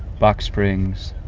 box springs,